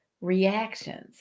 reactions